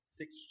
six